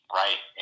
right